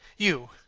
you,